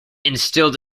instilled